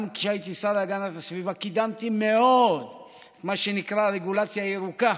גם כשהייתי השר להגנת הסביבה קידמתי מאוד את מה שנקרא "רגולציה ירוקה"